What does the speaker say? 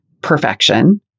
perfection